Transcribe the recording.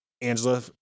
Angela